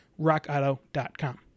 rockauto.com